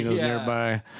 nearby